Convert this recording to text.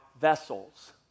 vessels